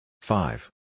five